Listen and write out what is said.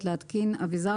נכון שיש כאן פטור,